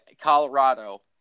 Colorado